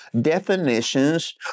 definitions